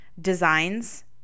Designs